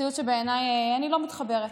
אני לא מתחברת.